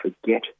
forget